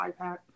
ipad